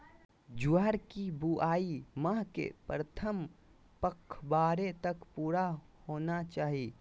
ज्वार की बुआई माह के प्रथम पखवाड़े तक पूरा होना चाही